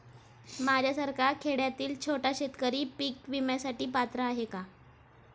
माझ्यासारखा खेड्यातील छोटा शेतकरी पीक विम्यासाठी पात्र आहे का?